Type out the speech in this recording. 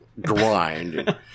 grind